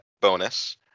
bonus